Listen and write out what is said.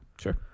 Sure